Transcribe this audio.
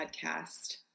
podcast